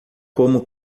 como